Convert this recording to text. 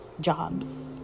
jobs